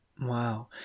Wow